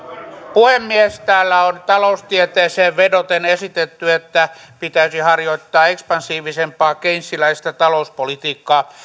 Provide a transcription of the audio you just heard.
puhemies täällä on taloustieteeseen vedoten esitetty että pitäisi harjoittaa ekspansiivisempaa keynesiläistä talouspolitiikkaa